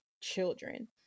children